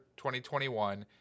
2021